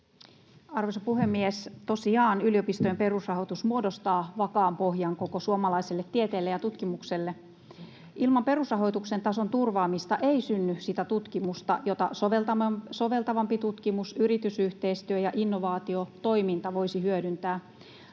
Arvoisa puhemies! Tosiaan yliopistojen perusrahoitus muodostaa vakaan pohjan koko suomalaiselle tieteelle ja tutkimukselle. Ilman perusrahoituksen tason turvaamista ei synny sitä tutkimusta, jota soveltavampi tutkimus, yritysyhteistyö ja innovaatiotoiminta voisivat hyödyntää.